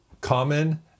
common